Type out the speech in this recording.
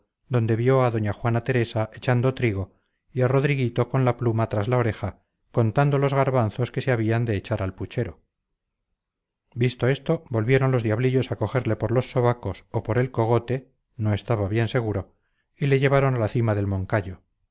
donde vio a doña juana teresa echando trigo y a rodriguito con la pluma tras la oreja contando los garbanzos que se habían de echar al puchero visto esto volvieron los diablillos a cogerle por los sobacos o por el cogote no estaba bien seguro y le llevaron a la cima del moncayo